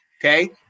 Okay